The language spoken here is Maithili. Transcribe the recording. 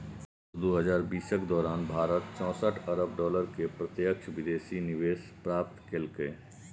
वर्ष दू हजार बीसक दौरान भारत चौंसठ अरब डॉलर के प्रत्यक्ष विदेशी निवेश प्राप्त केलकै